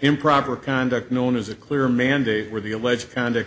improper conduct known as a clear mandate where the alleged conduct